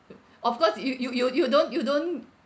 of course you you you you don't you don't